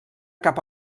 cap